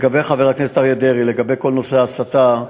חבר הכנסת אריה דרעי, לגבי כל נושא ההסתה,